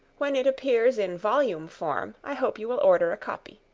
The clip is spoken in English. when it appears in volume form i hope you will order a copy.